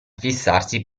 fissarsi